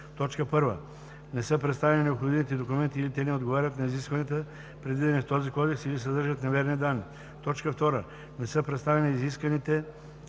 когато: 1. не са представени необходимите документи или те не отговарят на изискванията, предвидени в този кодекс, или съдържат неверни данни; 2. не са представени изисканите